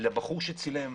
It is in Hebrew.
לבחור שצילם.